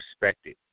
respected